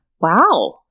wow